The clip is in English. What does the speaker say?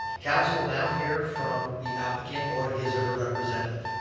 council will now hear from the applicant or his or her representative.